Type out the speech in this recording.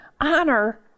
Honor